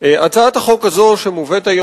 הצעת החוק הזאת,